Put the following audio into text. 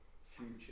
future